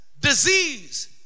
disease